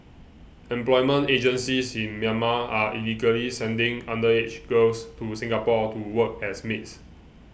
employment agencies in Myanmar are illegally sending underage girls to Singapore to work as maids